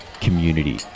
community